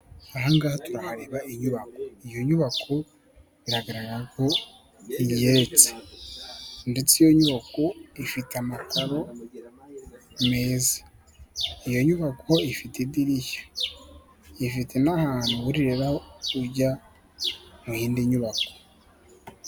Aha ngaha turahareba inyubako, iyo nyubako iragaragara ko igeretse ndetse iyo nyubako ifite amakaro meza, iyo nyubako ifite idirishya ifite n'ahantu wuririra ujya mu yindi nyubako.